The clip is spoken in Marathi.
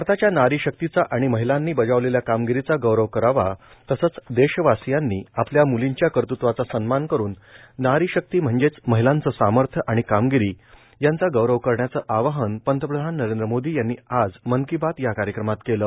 भारताच्या नारी शक्तीचा आणि महिलांनी बजावलेल्या कामगिरीचा गौरव करावा तसंच देशवासियांनी आपल्या मुलींच्या कर्तत्वाचा सन्मान करून नारीशक्ती म्हणजेच महिलांचं सामर्थ्य आणि कामगिरी यांचा गौरव करण्याचं आवाहन पंतप्रधान नरेंद्र मोदी यांनी आज मन की बात या कार्यक्रमात केलं